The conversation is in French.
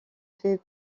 fait